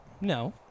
No